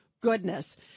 goodness